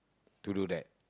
to do that